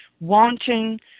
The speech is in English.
wanting